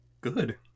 good